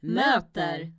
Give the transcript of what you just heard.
möter